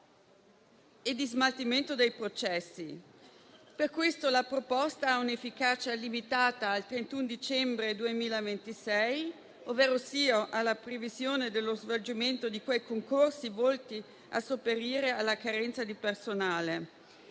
lo smaltimento dei processi. Per questo la proposta ha un'efficacia limitata al 31 dicembre 2026, ovverosia alla previsione dello svolgimento di quei concorsi volti a sopperire alla carenza di personale.